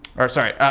er sorry, ah,